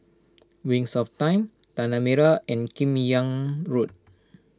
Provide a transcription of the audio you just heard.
Wings of Time Tanah Merah and Kim Yam Road